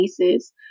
cases